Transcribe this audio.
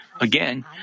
Again